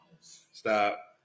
Stop